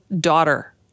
daughter